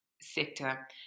sector